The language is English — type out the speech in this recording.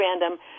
random